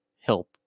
help